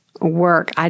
work